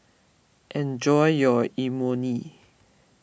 enjoy your Imoni